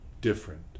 different